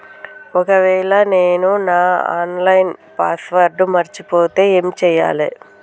ఒకవేళ నేను నా ఆన్ లైన్ పాస్వర్డ్ మర్చిపోతే ఏం చేయాలే?